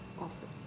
Awesome